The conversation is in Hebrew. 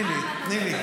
תני לי.